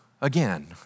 again